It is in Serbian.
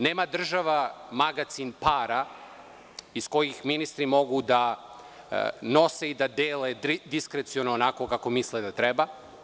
Nema država magacin para iz kojih ministri mogu da nose i dele diskreciono kako misle da treba.